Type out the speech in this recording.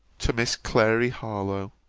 to miss clary harlowe